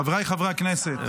חבריי חברי הכנסת,